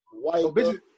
White